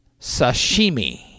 sashimi